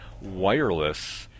wireless